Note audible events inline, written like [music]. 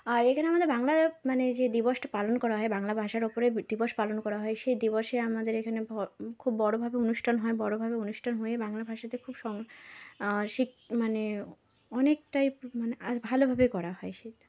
আর এখানে আমাদের বাংলায় মানে যে দিবসটা পালন করা হয় বাংলা ভাষার ওপরে দিবস পালন করা হয় সেই দিবসে আমাদের এখানে [unintelligible] খুব বড়ভাবে অনুষ্ঠান হয় বড়ভাবে অনুষ্ঠান হয়ে বাংলা ভাষাতে খুব [unintelligible] [unintelligible] মানে অনেকটাই মানে ভালোভাবে করা হয় সেইটা